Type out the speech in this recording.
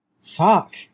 fuck